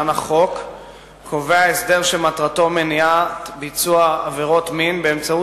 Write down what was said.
קובע הסדר שמטרתו מניעת ביצוע עבירות מין באמצעות